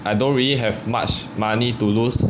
I don't really have much money to lose